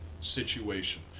situation